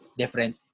different